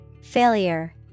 Failure